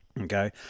Okay